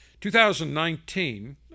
2019